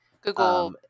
Google